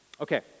Okay